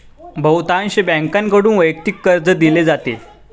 बहुतांश बँकांकडून वैयक्तिक कर्ज दिले जाते